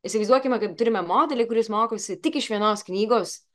įsivaizduokime kad turime modelį kuris mokosi tik iš vienos knygos